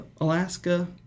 Alaska